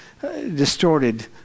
distorted